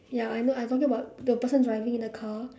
ya I know I talking about the person driving in the car